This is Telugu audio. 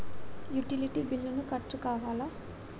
యుటిలిటీ బిల్లులు ఖర్చు కావా?